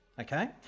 okay